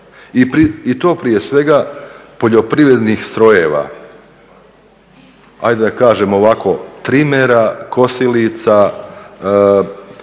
i to prije svega poljoprivrednih strojeva. Ajde da kažem ovako trimera, kosilica,